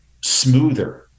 smoother